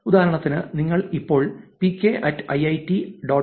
ഉദാഹരണത്തിന് നിങ്ങൾക്ക് ഇപ്പോൾ പികെഐഐറ്റിടി